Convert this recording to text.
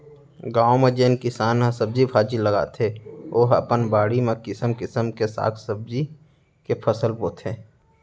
गाँव म जेन किसान ह सब्जी भाजी लगाथे ओ ह अपन बाड़ी म किसम किसम के साग भाजी के फसल बोथे